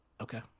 Okay